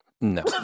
no